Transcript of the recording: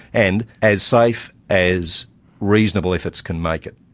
and as safe as reasonable efforts can make it.